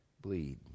bleed